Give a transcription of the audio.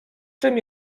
czym